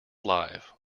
live